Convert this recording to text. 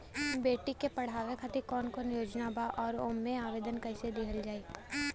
बेटी के पढ़ावें खातिर कौन योजना बा और ओ मे आवेदन कैसे दिहल जायी?